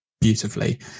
beautifully